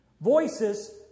Voices